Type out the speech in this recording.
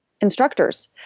instructors